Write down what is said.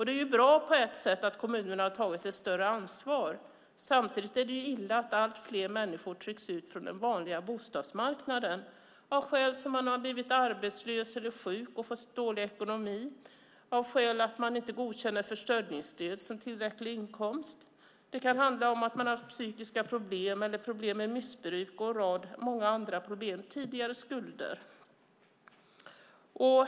Det är bra på ett sätt att kommunerna har tagit ett större ansvar. Samtidigt är det illa att allt fler människor trycks ut från den vanliga bostadsmarknaden av sådana skäl som att de har blivit arbetslösa eller sjuka och fått dålig ekonomi. Skälet kan också vara att försörjningsstöd inte godkänns som tillräcklig inkomst. Det kan handla om att människor har haft psykiska problem eller problem med missbruk och många andra problem och tidigare skulder.